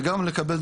זה גם כדי לקבל,